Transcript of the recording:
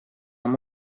amb